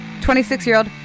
26-year-old